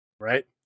Right